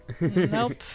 Nope